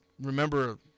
remember